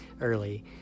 early